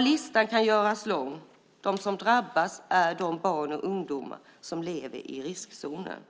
Listan kan göras lång. De som drabbas är de barn och ungdomar som lever i riskzonen.